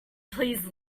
please